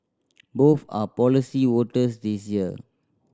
both are policy voters this year